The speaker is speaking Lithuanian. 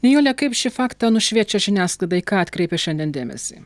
nijolė kaip šį faktą nušviečia žiniasklaida į ką atkreipia šiandien dėmesį